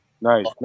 Nice